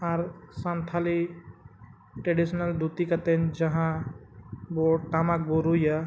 ᱟᱨ ᱥᱟᱱᱛᱟᱞᱤ ᱫᱷᱩᱛᱤ ᱠᱟᱛᱮᱫ ᱡᱟᱦᱟᱸ ᱟᱵᱚ ᱴᱟᱢᱟᱠ ᱵᱚᱱ ᱨᱩᱭᱟ